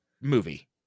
movie